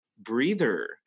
breather